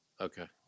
Okay